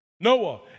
Noah